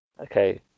Okay